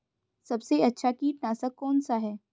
सबसे अच्छा कीटनाशक कौन सा है?